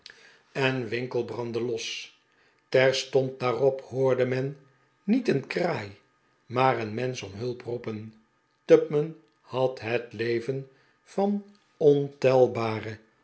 brandde los terstond daarop hoorde men niet een kraai maar een mensch om hulp roepen tupman had het leven van ontelbare